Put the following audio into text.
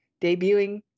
debuting